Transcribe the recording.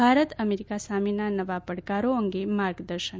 Bharat America સપ્તાહ નવા પડકારો અંગે માર્ગદર્શન